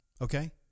okay